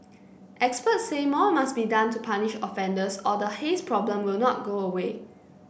experts say more must be done to punish offenders or the haze problem will not go away